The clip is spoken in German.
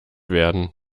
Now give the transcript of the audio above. werden